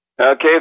Okay